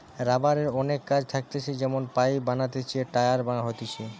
রাবারের অনেক কাজ থাকতিছে যেমন পাইপ বানাতিছে, টায়ার হতিছে